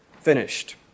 finished